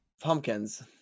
Pumpkins